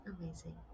amazing